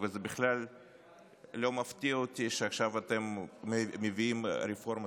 וזה בכלל לא מפתיע אותי שעכשיו אתם מביאים רפורמה.